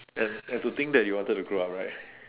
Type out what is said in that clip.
and and to think that you wanted to grow up right